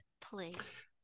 please